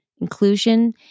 Inclusion